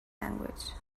language